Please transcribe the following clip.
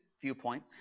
viewpoint